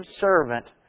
servant